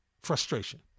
frustration